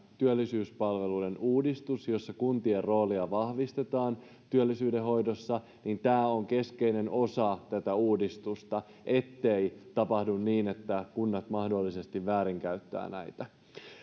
työllisyyspalveluiden uudistuksen jossa kuntien roolia vahvistetaan työllisyydenhoidossa että tämä on keskeinen osa tätä uudistusta ettei tapahdu niin että kunnat mahdollisesti väärinkäyttävät näitä